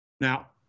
Now